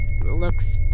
Looks